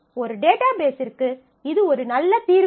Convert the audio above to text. ஒரு டேட்டா பேசிற்கு இது ஒரு நல்ல தீர்வு அல்ல